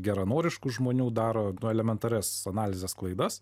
geranoriškų žmonių daro nu elementarias analizės klaidas